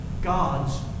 God's